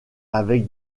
avec